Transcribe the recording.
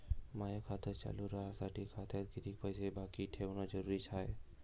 माय खातं चालू राहासाठी खात्यात कितीक पैसे बाकी ठेवणं जरुरीच हाय?